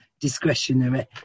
discretionary